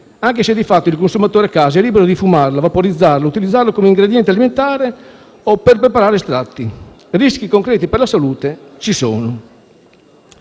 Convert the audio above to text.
anche se di fatto il consumatore a casa è libero di fumarla, vaporizzarla, utilizzarla come ingrediente alimentare o per preparare estratti. Rischi concreti per la salute ci sono.